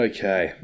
Okay